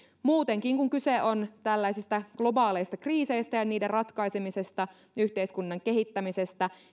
muutenkin kun kyse on tällaisista globaaleista kriiseistä ja niiden ratkaisemisesta yhteiskunnan kehittämisestä